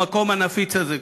במקום הנפיץ הזה,